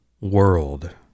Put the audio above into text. world